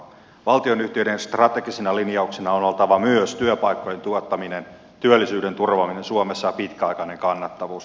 valtionyhtiöiden strategisina linjauksina on oltava myös työpaikkojen tuottaminen työllisyyden turvaaminen suomessa ja pitkäaikainen kannattavuus